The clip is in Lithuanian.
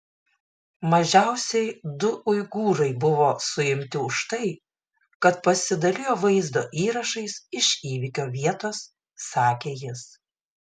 mažiausiai du uigūrai buvo suimti už tai kad pasidalijo vaizdo įrašais iš įvykio vietos sakė jis